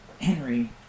Henry